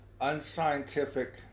unscientific